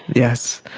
yes.